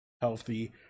healthy